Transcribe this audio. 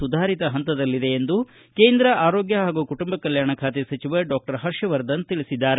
ಸುಧಾರಿತ ಪಂತದಲ್ಲಿದೆ ಎಂದು ಕೇಂದ್ರ ಆರೋಗ್ನ ಹಾಗೂ ಕುಟುಂಬ ಕಲ್ಕಾಣ ಖಾತೆ ಸಚಿವ ಡಾಕ್ಟರ್ ಹರ್ಷವರ್ಧನ ತಿಳಿಸಿದ್ದಾರೆ